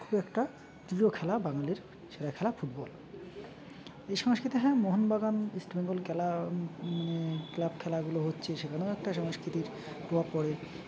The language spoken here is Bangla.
এটি একটা প্রিয় খেলা বাঙালির সেটা খেলা ফুটবল এই সংস্কৃতি হ্যাঁ মোহনবাগান ইস্টবেঙ্গল খেলা মানে ক্লাব খেলাগুলো হচ্ছে সেখানেও একটা সংস্কৃতির প্রভাব পড়ে